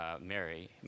Mary